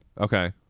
Okay